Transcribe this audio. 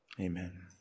amen